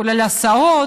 כולל הסעות,